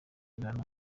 bihano